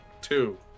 Two